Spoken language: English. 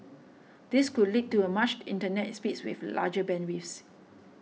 this could lead to a much Internet speeds with larger bandwidths